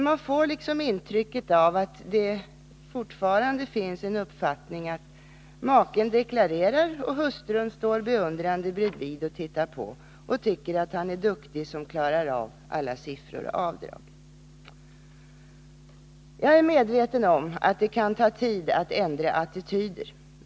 Man får intrycket att det fortfarande finns en uppfattning som innebär att maken deklarerar och hustrun står beundrande bredvid och tittar på och tycker att han är duktig som klarar av alla siffror och avdrag. Nu är jag medveten om att det kan ta tid att ändra attityder.